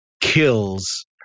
kills